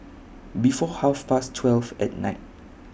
before Half Past twelve At Night